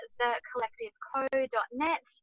thecollectiveco.net